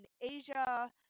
Asia